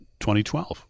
2012